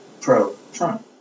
pro-Trump